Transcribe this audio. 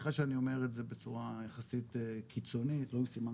סליחה שאני אומר את זה בצורה יחסית קיצונית --- תגיד.